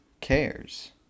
cares